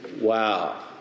Wow